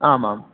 आमां